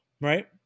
right